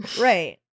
right